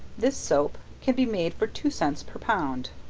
this soap can be made for two cents per pound.